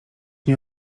nie